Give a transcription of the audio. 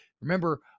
Remember